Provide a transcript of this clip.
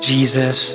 Jesus